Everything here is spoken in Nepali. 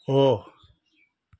हो